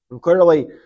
clearly